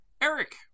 Eric